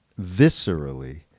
viscerally